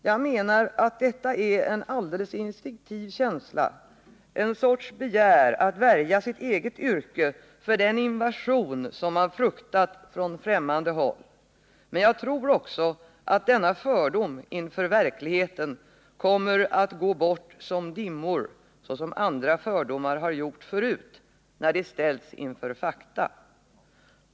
Jag menar, att detta är en alldeles instinktiv känsla, en sorts begär att värja sitt eget yrke för den invasion som man fruktat från främmande håll, men jag tror också, att denna fördom inför verkligheten kommer att gå bort som dimmor, såsom andra fördomar ha gjort förut, när de ställts inför fakta.